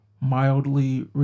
mildly